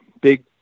Big